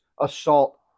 assault